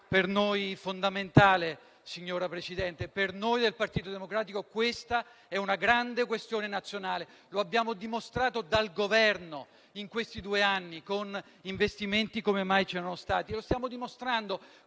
per noi fondamentale, signor Presidente; per noi del Partito Democratico è una grande questione nazionale. Lo abbiamo dimostrato da Governo in questi due anni con investimenti come mai ce ne erano stati. E lo stiamo dimostrando